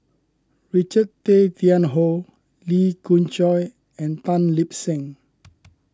Richard Tay Wian Hoe Lee Khoon Choy and Tan Lip Seng